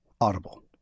Audible